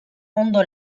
ondo